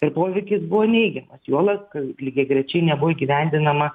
ir poveikis buvo neigiamas juolab kad lygiagrečiai nebuvo įgyvendinama